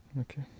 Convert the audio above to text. Okay